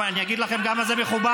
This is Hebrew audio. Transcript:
אני אגיד לכם גם למה זה מחובר.